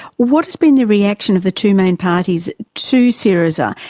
what has been the reaction of the two main parties to syriza,